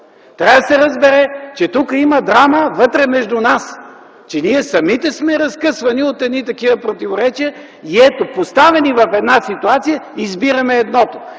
Трябва да се разбере, че тук има драма вътре, между нас, че ние самите сме разкъсвани от едни такива противоречия и ето, поставени в една ситуация, избираме едното.